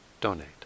donate